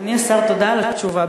אדוני השר, תודה על התשובה.